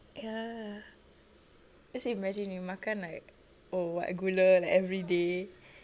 ya just imagine you makan like oh what gula like everyday